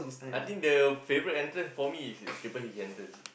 I think the favorite entrance for me is